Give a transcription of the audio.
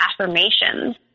affirmations